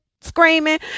screaming